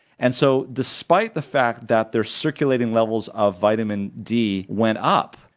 and so despite the fact that their circulating levels of vitamin d went up,